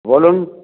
বলুন